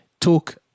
talk